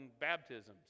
baptisms